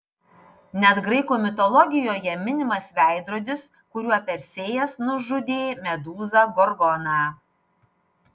net graikų mitologijoje minimas veidrodis kuriuo persėjas nužudė medūzą gorgoną